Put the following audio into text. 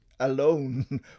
alone